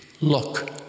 look